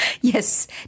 Yes